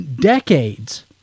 decades